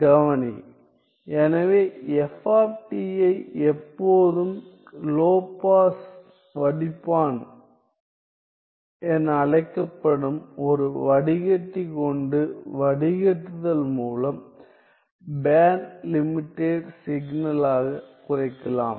கவனி எனவே f ஐ எப்போதும் லோ பாஸ் வடிப்பான் என அழைக்கப்படும் ஒரு வடிகட்டி கொண்டு வடிகட்டுதல் மூலம் பேண்ட் லிமிடெட் சிக்னல் ஆகக் குறைக்கலாம்